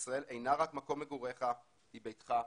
שישראל אינה רק מקום מגוריך אלא היא ביתך הנצחי.